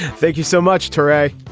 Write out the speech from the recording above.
thank you so much today.